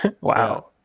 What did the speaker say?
Wow